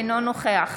אינו נוכח